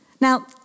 Now